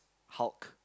hulk